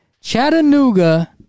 Chattanooga